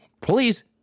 Please